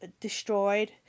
destroyed